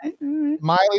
Miley